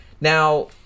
Now